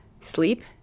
sleep